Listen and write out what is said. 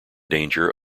danger